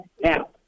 Now